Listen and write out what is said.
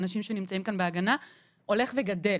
אנשים שנמצאים כאן בהגנה - הולך וגדל,